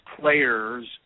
player's